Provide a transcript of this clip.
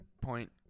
point